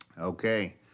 okay